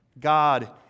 God